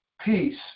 peace